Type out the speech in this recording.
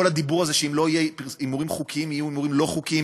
כל הדיבור הזה שאם לא יהיו הימורים חוקיים יהיו הימורים לא חוקיים,